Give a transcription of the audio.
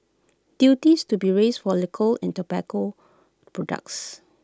duties to be raised for liquor and tobacco products